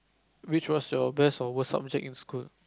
which was your best or worst subject in school